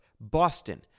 Boston